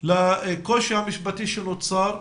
לקושי המשפטי שנוצר,